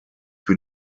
für